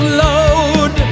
load